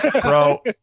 Bro